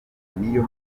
niyo